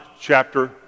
chapter